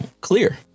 clear